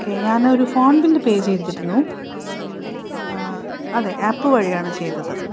okay ഞാൻ ഒരു phone bill pay ചെയ്തിരുന്നു അതെ ആപ്പ് വഴിയാണ് ചെയ്തത്